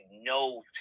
no